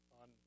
on